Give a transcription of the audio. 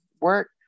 work